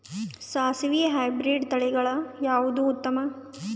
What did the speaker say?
ಸಾಸಿವಿ ಹೈಬ್ರಿಡ್ ತಳಿಗಳ ಯಾವದು ಉತ್ತಮ?